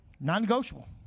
non-negotiable